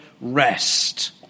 rest